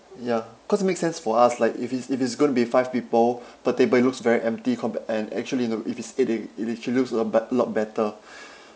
ya cause it makes sense for us like if it's if it's going to be five people per table it looks very empty compa~ and actually you know if it's eight it actually looks a bet~ a lot better